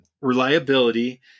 reliability